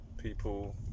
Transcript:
people